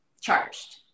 charged